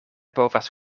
povas